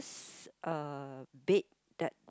s~ uh bed that